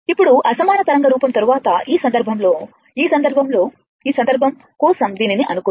ఇప్పుడు అసమాన తరంగ రూపం తరువాత ఈ సందర్భంలో ఈ సందర్భం కోసం దీనిని అనుకుందాం